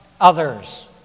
others